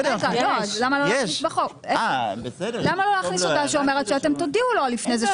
אז למה לא להכניס בחוק שאתם תודיעו לו לפני זה,